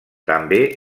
també